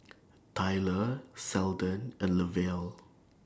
Tylor Seldon and Lavelle